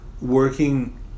working